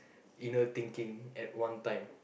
inner thinking at one time